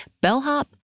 bellhop